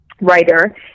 writer